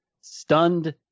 stunned